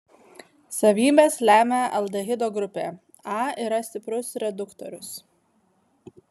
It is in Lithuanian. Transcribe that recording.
savybes lemia aldehido grupė a yra stiprus reduktorius